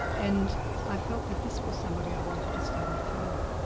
and i felt that this was somebody i wanted to study further.